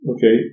Okay